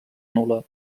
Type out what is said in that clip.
nul·la